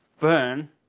Burn